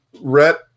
Rhett